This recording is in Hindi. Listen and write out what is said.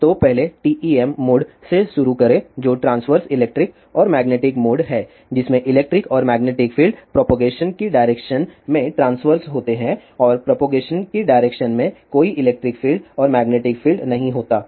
तो पहले TEM मोड से शुरू करें जो ट्रांस्वर्स इलेक्ट्रिक और मैग्नेटिक मोड है जिसमें इलेक्ट्रिक और मैग्नेटिक फील्ड प्रोपगेशन की डायरेक्शन में ट्रांस्वर्स होते हैं और प्रोपगेशन की डायरेक्शन में कोई इलेक्ट्रिक फील्ड और मैग्नेटिक फील्ड नहीं होता है